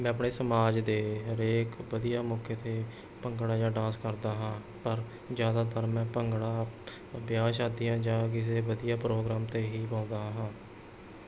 ਮੈਂ ਆਪਣੇ ਸਮਾਜ ਦੇ ਹਰੇਕ ਵਧੀਆ ਮੌਕੇ 'ਤੇ ਭੰਗੜਾ ਜਾਂ ਡਾਂਸ ਕਰਦਾ ਹਾਂ ਪਰ ਜ਼ਿਆਦਾਤਰ ਮੈਂ ਭੰਗੜਾ ਵਿਆਹ ਸ਼ਾਦੀਆਂ ਜਾਂ ਕਿਸੇ ਵਧੀਆ ਪ੍ਰੋਗਰਾਮ 'ਤੇ ਹੀ ਪਾਉਂਦਾ ਹਾਂ